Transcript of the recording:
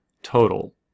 total